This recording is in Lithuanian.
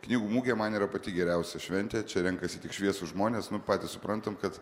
knygų mugė man yra pati geriausia šventė čia renkasi tik šviesūs žmonės patys suprantam kad